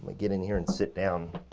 but get in here and sit down.